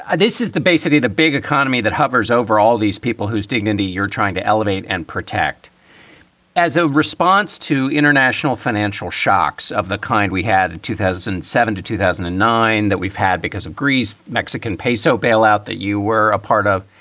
and this is the basically the big economy that hovers over all these people whose dignity you're trying to elevate and protect as a response to international financial shocks of the kind we had in two thousand and seven to two thousand and nine that we've had because of greece, mexican peso bailout that you were a part of.